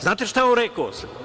Znate li šta je on rekao?